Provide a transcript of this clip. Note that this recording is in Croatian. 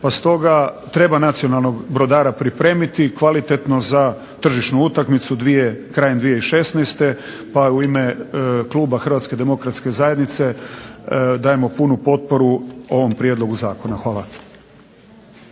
Pa stoga treba nacionalnog brodara pripremiti kvalitetno za tržišnu utakmicu krajem 2016. pa u ime kluba HDZ-a dajemo punu potporu ovom prijedlogu zakona. Hvala.